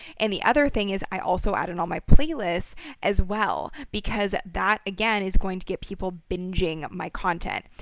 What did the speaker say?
and the other thing is i also added all my playlists as well because that again is going to get people bingeing my content.